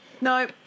no